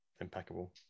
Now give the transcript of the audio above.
impeccable